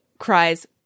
cries